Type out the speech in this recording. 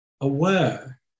aware